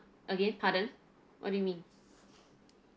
again pardon what do you mean